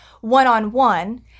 one-on-one